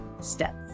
Steps